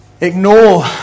ignore